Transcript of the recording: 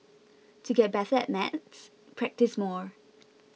to get better at maths practise more